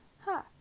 Ha